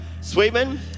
Sweetman